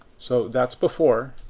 so, that's before,